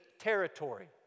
territory